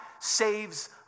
saves